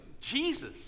Jesus